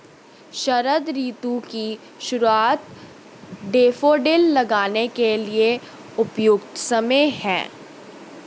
शरद ऋतु की शुरुआत डैफोडिल लगाने के लिए उपयुक्त समय है